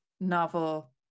novel